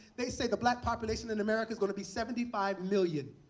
they say the black population in america is going to be seventy five million.